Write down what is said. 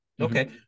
Okay